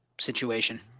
situation